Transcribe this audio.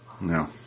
No